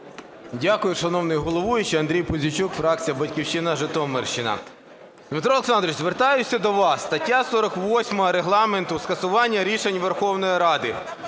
Дякую, шановний головуючий. Андрій Пузійчук, фракція "Батьківщина", Житомирщина. Дмитро Олександрович, звертаюся до вас. Стаття 48 Регламенту "Скасування рішень Верховної Ради".